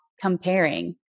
comparing